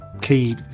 key